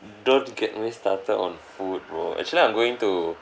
don't get me started on food bro actually I'm going to